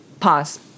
Pause